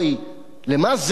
למה זה נועד?